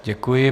Děkuji.